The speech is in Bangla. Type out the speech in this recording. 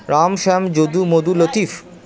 রাম শ্যাম যদু মধু লতিফ